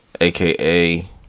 AKA